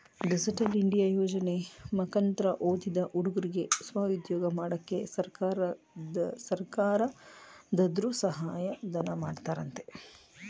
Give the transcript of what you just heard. digital India ಯೋಜನೆ ಮುಕಂತ್ರ ಓದಿದ ಹುಡುಗುರ್ಗೆ ಸ್ವಉದ್ಯೋಗ ಮಾಡಕ್ಕೆ ಸರ್ಕಾರದರ್ರು ಸಹಾಯ ಧನ ಕೊಡ್ತಾರಂತೆ